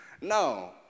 No